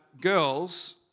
girls